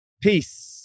Peace